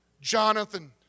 Jonathan